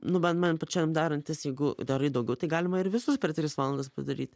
nu bent man pačiam darantis jeigu darai daugiau tai galima ir visus per tris valandas padaryt